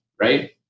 right